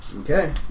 Okay